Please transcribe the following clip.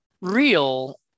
real